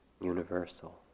universal